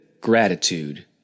gratitude